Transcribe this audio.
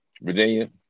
Virginia